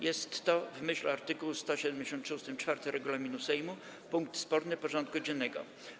Jest to, w myśl art. 173 ust. 4 regulaminu Sejmu, punkt sporny porządku dziennego.